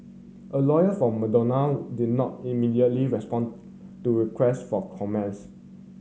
a lawyer for Madonna did not immediately respond to request for